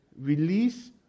release